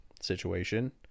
situation